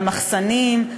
המחסנים,